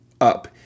up